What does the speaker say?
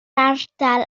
ardal